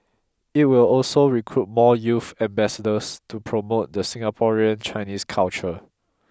it will also recruit more youth ambassadors to promote the Singaporean Chinese culture